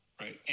Right